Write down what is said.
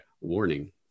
warning